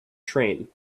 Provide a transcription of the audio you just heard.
train